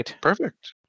perfect